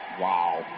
Wow